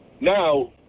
Now